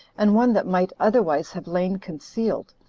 and one that might otherwise have lain concealed,